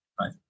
Right